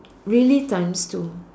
really times two